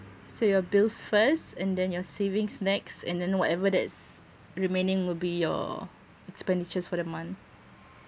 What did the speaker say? so your bills first and then your savings next and then whatever that's remaining will be your expenditures for the month